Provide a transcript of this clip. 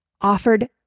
offered